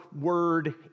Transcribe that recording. word